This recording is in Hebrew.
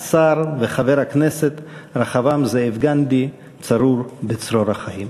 השר וחבר הכנסת רחבעם זאב גנדי צרור בצרור החיים.